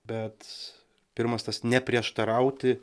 bet pirmas tas neprieštarauti